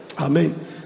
Amen